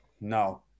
No